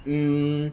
hmm